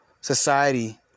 society